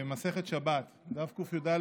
מסכת שבת, דף קי"ד.